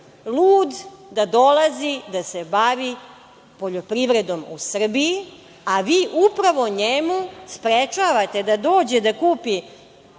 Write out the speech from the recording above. lud da dolazi da se bavi poljoprivredom u Srbiji, a vi upravo njemu sprečavate da dođe da kupi